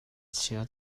chia